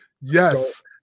Yes